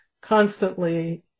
constantly